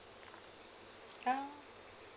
oh